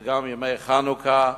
אלה גם ימי חנוכה,